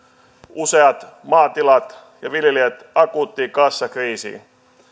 useat maatilat ja viljelijät akuuttiin kassakriisiin